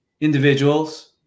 individuals